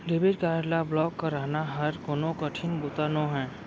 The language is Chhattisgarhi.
डेबिट कारड ल ब्लॉक कराना हर कोनो कठिन बूता नोहे